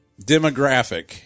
demographic